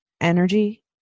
energy